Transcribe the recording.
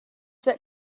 that